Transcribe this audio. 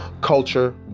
Culture